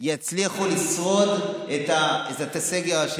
צריך סגר.